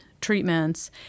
treatments